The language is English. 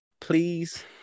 please